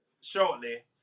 shortly